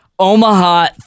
Omaha